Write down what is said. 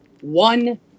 one